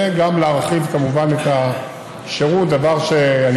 וגם להרחיב כמובן את השירות דבר שאני